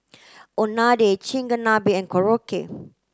Unadon Chigenabe and Korokke